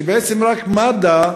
שבעצם רק מד"א